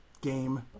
game